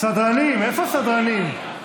סדרנים, איפה הסדרנים?